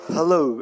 Hello